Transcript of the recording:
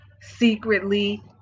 secretly